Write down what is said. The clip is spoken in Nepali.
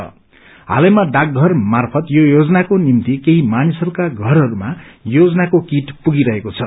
झलैमा डाकथर माफ़त यो योजनाको निभ्ति केही मानिसहस्का परहस्मा योजनाको किट पुगिरहेको छ